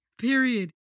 Period